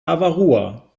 avarua